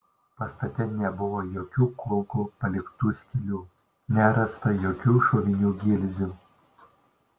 pastate nebuvo jokių kulkų paliktų skylių nerasta jokių šovinių gilzių